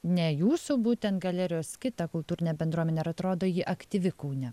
ne jūsų būtent galerijos kitą kultūrinę bendruomenę ar atrodo ji aktyvi kaune